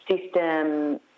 system –